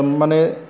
मानि